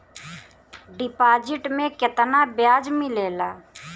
Deposit मे केतना बयाज मिलेला?